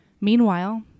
Meanwhile